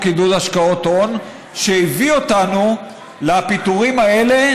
עידוד השקעות הון שהביא אותנו לפיטורים האלה,